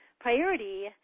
priority